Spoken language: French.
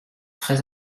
très